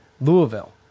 Louisville